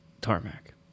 tarmac